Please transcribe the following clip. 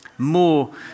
more